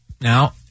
now